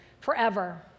forever